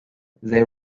they